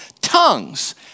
Tongues